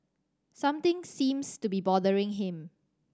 something seems to be bothering him